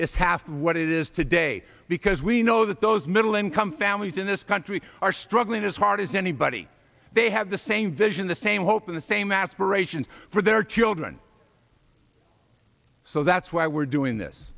is half what it is today because we know that those middle income families in this country are struggling as hard as anybody they have the same vision the same hope and the same aspirations for their children so that's why we're doing this